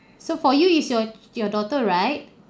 so for you is your your daughter right